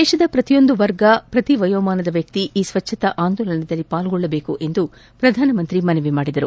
ದೇಶದ ಪ್ರತಿಯೊಂದು ವರ್ಗ ಪ್ರತಿ ವಯೋಮಾನದ ವ್ಯಕ್ತಿ ಈ ಸ್ವಚ್ಛತಾ ಆಂದೋಲನದಲ್ಲಿ ಪಾಲ್ಗೊಳ್ಳಬೇಕು ಎಂದು ಪ್ರಧಾನಮಂತ್ರಿ ಮನವಿ ಮಾಡಿದರು